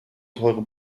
teure